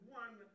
one